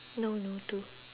no no to